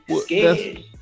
scared